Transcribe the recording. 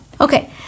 Okay